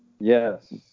Yes